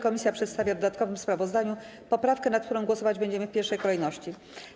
Komisja przedstawia w dodatkowym sprawozdaniu poprawkę, nad którą głosować będziemy w pierwszej kolejności.